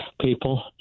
people